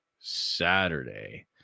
Saturday